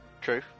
True